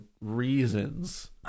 reasons